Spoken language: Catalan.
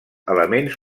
elements